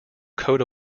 coat